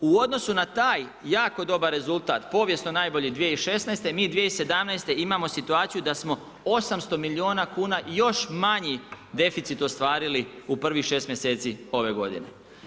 U odnosu na taj jako dobar rezultat, povijesno najbolji 2016., mi 2017. imamo situaciju da smo 800 milijuna kuna još manji deficit ostvarili u prvih 6 mjeseci ove godine.